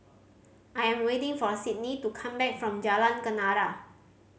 I am waiting for Sydney to come back from Jalan Kenarah